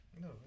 No